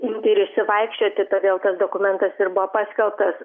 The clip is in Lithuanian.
imti ir išsivaikščioti todėl tas dokumentas ir buvo paskelbtas